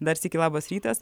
dar sykį labas rytas